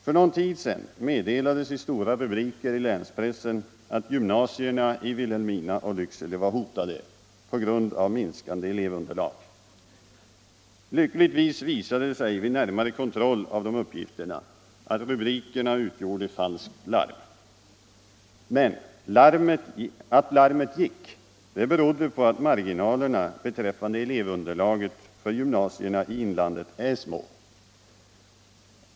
För någon tid sedan meddelades i stora rubriker i länspressen att gymnasierna i Vilhelmina och Lycksele var hotade på grund av minskande elevunderlag. En närmare kontroll av uppgifterna visade lyckligtvis att rubrikerna var ”falskt larm”. Men att larmet gick berodde på att marginalerna rörande elevunderlaget för gymnasierna i inlandet är små.